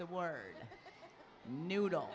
the word noodle